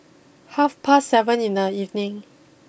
half past seven in the evening